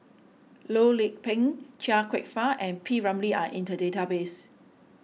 Loh Lik Peng Chia Kwek Fah and P Ramlee are in the database